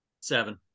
seven